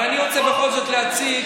אבל אני רוצה בכל זאת להציג